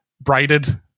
braided